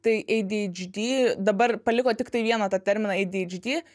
tai adhd dabar paliko tiktai vieną tą terminą adhd